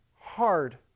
hard